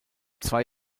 zwei